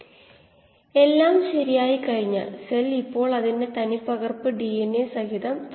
കോശ ഉൽപാദനക്ഷമത r പരമാവധി ആയ ഡൈല്യൂഷൻ റേറ്റ് D നമുക്ക് കണ്ടെത്താം